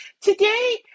Today